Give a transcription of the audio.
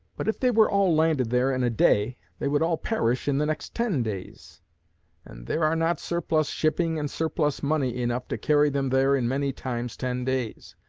but, if they were all landed there in a day, they would all perish in the next ten days and there are not surplus shipping and surplus money enough to carry them there in many times ten days.